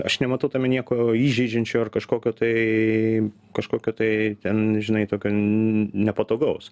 aš nematau tame nieko įžeidžiančio ar kažkokio tai kažkokio tai ten žinai tokio nepatogaus